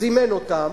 זימן אותם,